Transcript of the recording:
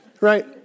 right